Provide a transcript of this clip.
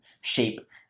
shape